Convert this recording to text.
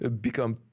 become